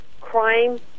crime